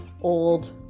old